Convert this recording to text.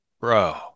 bro